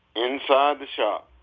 inside the shop